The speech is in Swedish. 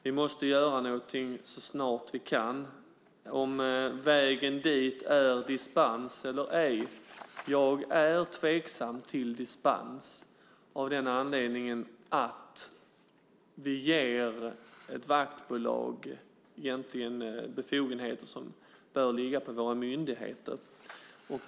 Vi måste göra någonting så snart vi kan oavsett om vägen dit är dispens eller ej. Jag är tveksam till dispens av den anledningen att vi ger ett vaktbolag befogenheter som egentligen borde ligga på våra myndigheter.